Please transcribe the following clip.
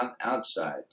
outside